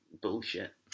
bullshit